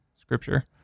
Scripture